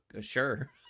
sure